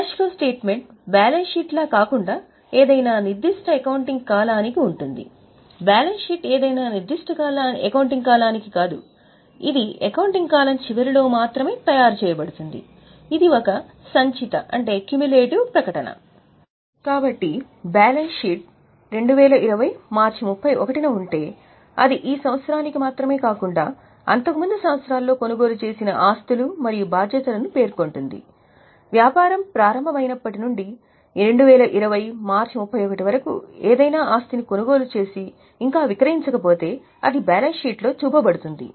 కాబట్టి balance sheet 2020 March 31 న ఉంటే అది ఈ సంవత్సరానికి మాత్రమే కాకుండా అంతకుముందు సంవత్సరాల్లో కొనుగోలు చేసిన ఆస్తులు మరియు బాధ్యతలను పేర్కొంటుంది వ్యాపారం ప్రారంభమైనప్పటి నుండి 2020 మార్చి 31 వరకు ఏదైనా ఆస్తిని కొనుగోలు చేసి ఇంకా విక్రయించకపోతే అది బ్యాలెన్స్ షీట్లో చూపబడుతుంది